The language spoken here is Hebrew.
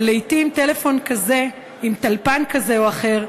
ולעתים טלפון כזה עם טלפן כזה או אחר,